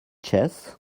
chess